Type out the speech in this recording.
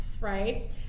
Right